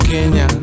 Kenya